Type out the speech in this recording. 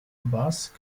basse